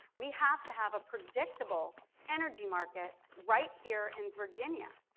we have to have a predictable energy market right here in virginia.